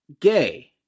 gay